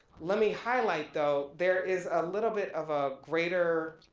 let me highlight though there is a little bit of a greater